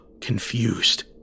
confused